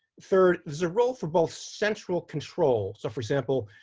third, there's a role for both central control so for example,